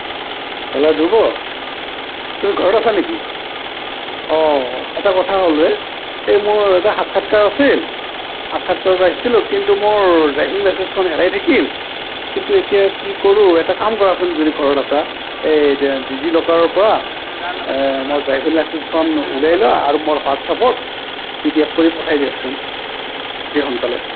hello Dhruba তুমি ঘৰত আছা নেকি অঁ এটা কথা হ'ল এই মোৰ এটা সাক্ষাৎকাৰ আছিল সাক্ষাৎকাৰত আহিছিলোঁ কিন্তু মোৰ ড্ৰাইভিং লাইচেন্সখন হেৰাই থাকিল কিন্তু এতিয়া কি কৰোঁ এটা কাম কৰাচোন যদি ঘৰত আছা এই ডিজি লকাৰৰপৰা মোৰ ড্ৰাইভিং লাইচেন্সখন ওলাই লোৱা আৰু মোৰ হোৱাটছআপত পি ডি এফ কৰি পঠাই দিয়কচোন অতি সোনকালে